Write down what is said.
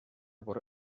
por